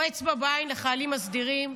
הוא אצבע בעין לחיילים הסדירים,